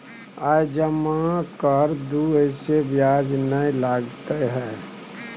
आय जमा कर दू ऐसे ब्याज ने लगतै है?